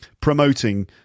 promoting